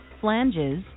flanges